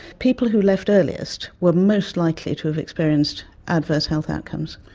people who left earliest were most likely to have experienced adverse health outcomes.